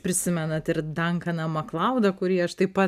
prisimenat ir dankaną maklaudą kurį aš taip pat